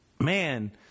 man